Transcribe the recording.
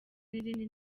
n’izindi